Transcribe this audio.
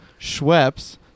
Schweppes